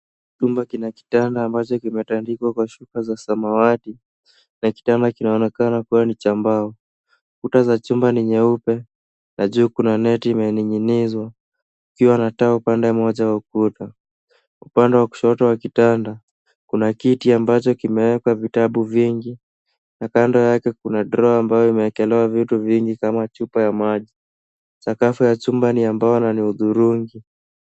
chumba kina kitanda ambacho kimetandikwa kwa shuka za Samawati na kitanda kinaonekana kuwa ni cha mbao kutani cha chuma na nyeupe Juu kana neti imeninginizwa ikiwa na taa upande moja wa kushoto. Upande wa kushoto wa kitanda kuna kiti ambacho kimeekwa vitabu vingi na kando yake Kuna drowa ambayo imewekelewa vitu vingi kama chupa ya Maji Sakafu ya chumba ni ya mbao na ni ya hudhurungi.